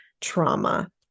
trauma